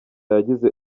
yagize